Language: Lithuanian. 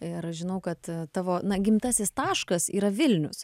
ir žinau kad tavo na gimtasis taškas yra vilnius